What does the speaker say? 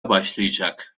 başlayacak